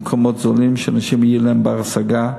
במקומות זולים, שזה יהיה בר-השגה,